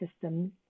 system